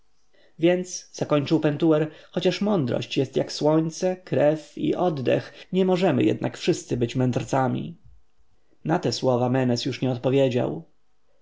więc zakończył pentuer chociaż mądrość jest jak słońce krew i oddech nie możemy jednak wszyscy być mędrcami na te słowa menes już nic nie odpowiedział